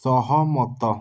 ସହମତ